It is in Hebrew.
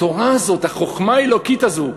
התורה הזאת, החוכמה האלוקית הזאת,